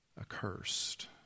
accursed